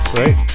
right